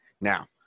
Now